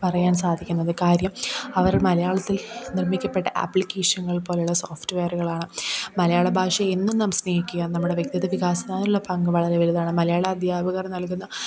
പറയാൻ സാധിക്കുന്നത് കാര്യം അവർ മലയാളത്തിൽ നിർമ്മിക്കപ്പെട്ട ആപ്ലിക്കേഷങ്ങൾ പോലുള്ള സോഫ്റ്റ് വെയറ്കളാണ് മലയാള ഭാഷയെ എന്നും നാം സ്നേഹിക്കുക നമ്മുടെ വ്യക്തിത്വം വികാസാത്തിനായുള്ള പങ്ക് വളരെ വലുതാണ് മലയാള അധ്യാപകർ നൽകുന്ന